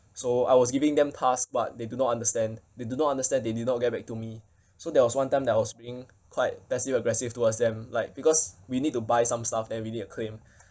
so I was giving them task but they do not understand they do not understand they did not get back to me so there was one time that I was being quite passive aggressive towards them like because we need to buy some stuff and we need to claim